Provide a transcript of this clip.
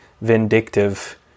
vindictive